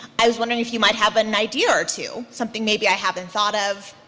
i was wondering if you might have an idea or two. something maybe i haven't thought of.